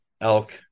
elk